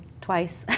twice